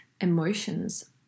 emotions